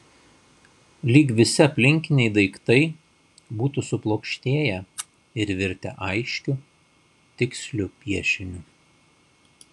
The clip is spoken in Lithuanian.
lyg visi aplinkiniai daiktai būtų suplokštėję ir virtę aiškiu tiksliu piešiniu